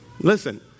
Listen